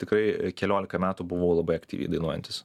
tikrai keliolika metų buvau labai aktyviai dainuojantis